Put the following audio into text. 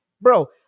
Bro